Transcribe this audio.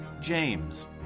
James